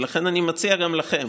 ולכן אני מציע גם לכם,